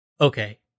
okay